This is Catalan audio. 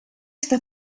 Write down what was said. està